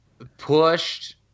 pushed